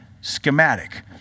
schematic